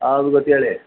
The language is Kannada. ಹೌದ್ ಗೊತ್ತು ಹೇಳಿ